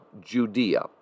Judea